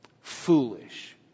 Foolish